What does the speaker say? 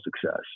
success